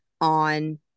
on